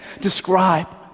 describe